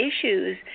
issues